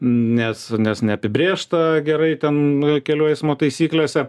nes nes neapibrėžta gerai ten kelių eismo taisyklėse